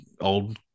old